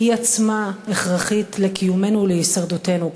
היא עצמה הכרחית לקיומנו ולהישרדותנו כאן.